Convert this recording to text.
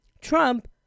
Trump